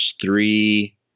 three